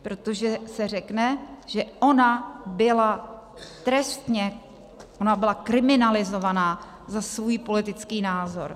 Protože se řekne, že ona byla trestně, ona byla kriminalizovaná za svůj politický názor.